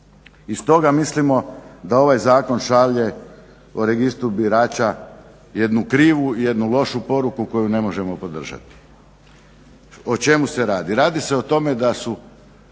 I stoga mislimo da ovaj zakon šalje o Registru birača jednu krivu i jednu lošu poruku koju ne možemo podržati. O čemu se radi? Radi se o tome da su